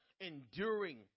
enduring